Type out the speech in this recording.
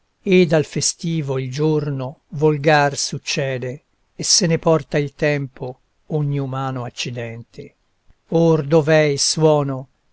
ed al festivo il giorno volgar succede e se ne porta il tempo ogni umano accidente or dov'è il suono